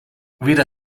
weder